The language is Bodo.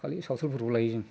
खालि सावथालफोरखौल' लायो जों